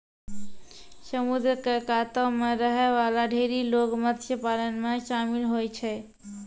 समुद्र क कातो म रहै वाला ढेरी लोग मत्स्य पालन म शामिल होय छै